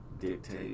dictate